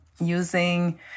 using